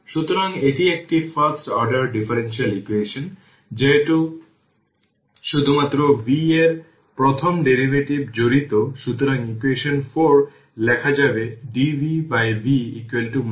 সুতরাং এখানে r একটি সাধারণ সার্কিট একটি প্যারালাল সিরিজ সার্কিট